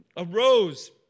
arose